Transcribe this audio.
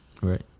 Right